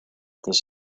this